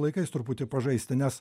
laikais truputį pažaisti nes